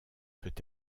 peut